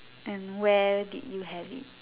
and where did you have it